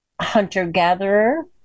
hunter-gatherer